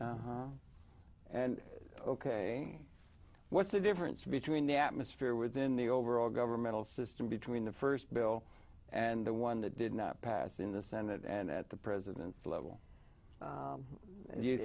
senate and ok what's the difference between the atmosphere within the overall governmental system between the first bill and the one that did not pass in the senate and at the president's level